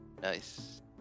Nice